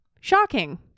Shocking